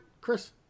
Chris